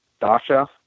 Dasha